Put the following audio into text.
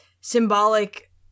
symbolic